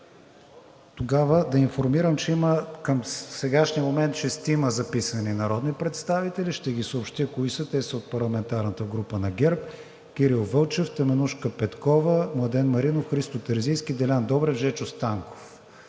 Тогава да информирам към сегашния момент – шестима записани народни представители, ще ги съобщя кои са. Те са от парламентарната група на ГЕРБ: Красимир Вълчев, Теменужка Петкова, Младен Маринов, Христо Терзийски, Делян Добрев, Жечо Станков.